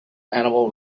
animal